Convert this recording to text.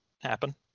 happen